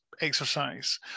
exercise